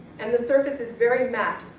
and the surface is very matte,